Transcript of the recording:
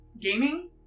Gaming